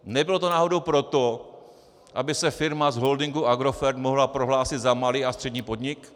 Nebylo to náhodou proto, aby se firma z holdingu Agrofert mohla prohlásit za malý a střední podnik?